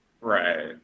Right